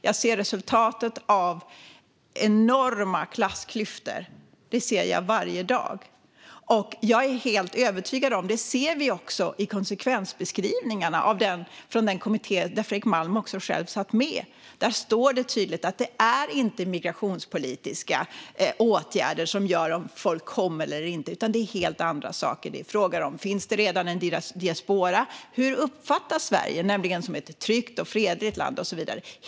Jag ser varje dag resultatet av enorma klassklyftor. Jag är helt övertygad om att det inte är migrationspolitiska åtgärder som gör att folk kommer eller inte utan helt andra saker. Detta står också tydligt i konsekvensbeskrivningarna från den kommitté där Fredrik Malm själv satt med. Det är fråga om huruvida det redan finns en diaspora, huruvida Sverige uppfattas som ett tryggt och fredligt land och så vidare.